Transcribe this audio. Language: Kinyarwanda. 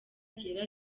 sierra